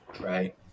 right